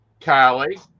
Kylie